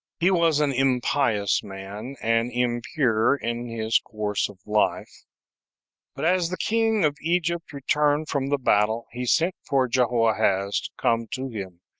he was an impious man, and impure in his course of life but as the king of egypt returned from the battle, he sent for jehoahaz to come to him,